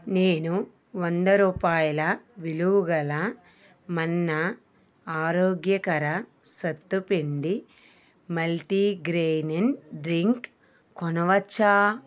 నేను వందరూపాయల విలువగల మన్నా ఆరోగ్యకర సత్తు పిండి మల్టీగ్రెయిన్ డ్రింక్ కొనవచ్చా